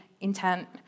intent